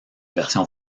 version